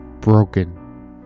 broken